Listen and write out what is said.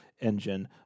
Engine